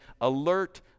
alert